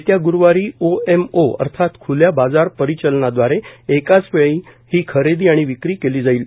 येत्या ग्रुवारी ओएमओ अर्थात खूल्या बाजार परिचलनाद्वारे एकाच वेळी ही खरेदी आणि विक्री केली जाईल